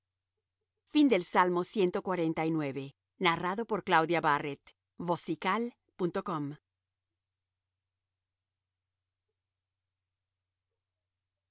músico principal salmo de